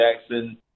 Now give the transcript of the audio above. Jackson